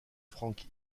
frank